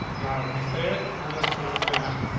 not with me. save it and let's see what's gonna happen.